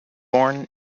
born